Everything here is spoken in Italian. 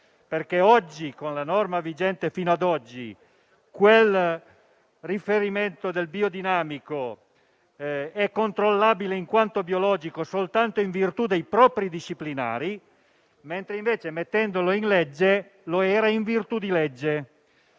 Oggi, con la norma vigente, quel riferimento al biodinamico è controllabile, in quanto biologico, soltanto in virtù dei propri disciplinari, mentre, mettendolo in legge, lo era in virtù di legge.